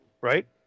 Right